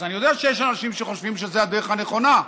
אז אני יודע שיש אנשים שחושבים שזו הדרך הנכונה,